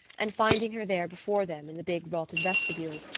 and finding her there before them, in the big vaulted vestibule,